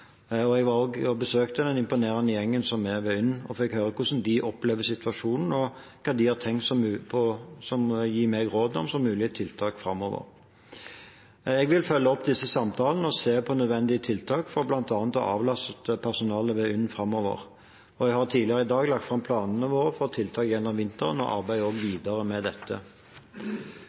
Jeg var også og besøkte den imponerende gjengen som er ved UNN, og fikk høre hvordan de opplever situasjonen, og hva de ville gi meg av råd om mulige tiltak framover. Jeg vil følge opp disse samtalene og se på nødvendige tiltak for bl.a. å avlaste personalet ved UNN framover. Jeg har tidligere i dag lagt fram planene våre for tiltak gjennom vinteren og arbeider videre med dette.